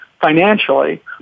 financially